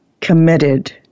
committed